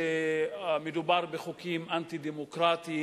שהמדובר בחוקים אנטי-דמוקרטיים,